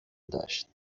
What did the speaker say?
داشت